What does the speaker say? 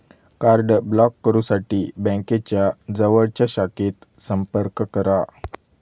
card block करुसाठी बँकेच्या जवळच्या शाखेत संपर्क करा